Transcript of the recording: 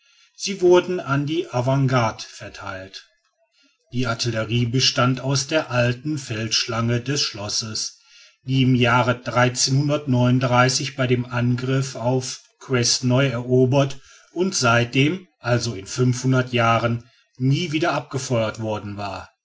sie wurden an die avantgarde vertheilt die artillerie bestand aus der alten feldschlange des schlosses die im jahre bei dem angriff auf quesnoy erobert und seitdem also in fünfhundert jahren nie wieder abgefeuert worden war